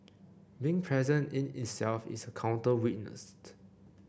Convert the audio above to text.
being present in itself is a counter witness